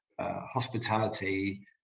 Hospitality